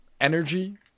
energy